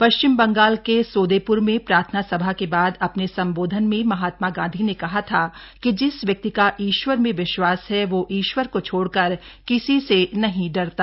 पश्चिम बंगाल में सोदेप्र में प्रार्थना सभा के बाद अपने संबोधन में महात्मा गांधी ने कहा था कि जिस व्यक्ति का ईश्वर में विश्वास है वह ईश्वर को छोड़कर किसी से नहीं डरता